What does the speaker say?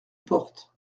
porte